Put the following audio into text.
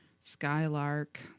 Skylark